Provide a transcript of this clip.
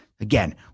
Again